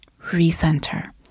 recenter